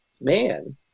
man